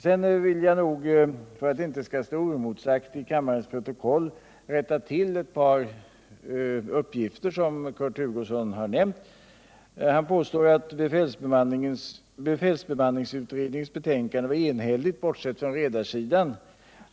För att det inte skall stå oemotsagt i kammarens protokoll vill jag rätta till ett par uppgifter, som Kurt Hugosson gav. Han påstod att befälsbemanningsutredningens betänkande var enhälligt bortsett från redarsidan.